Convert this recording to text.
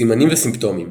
סימנים וסימפטומים